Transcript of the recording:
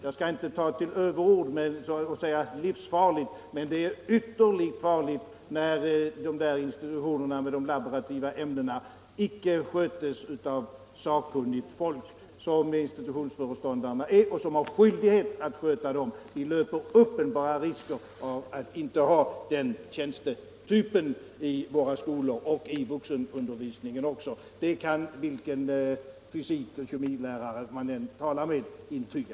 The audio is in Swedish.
Jag skall inte ta till överord och säga att det är livsfarligt, men det är ytterligt farligt när institutioner med laborativa ämnen inte sköts av sakkunnigt folk, som institutionsföreståndarna är. De har också skyldighet att sköta dem. Vi löper uppenbara risker genom att inte ha den tjänstetypen i våra skolor inom vuxenundervisningen. Det kan vilken fysikeller kemilärare man än talar med intyga.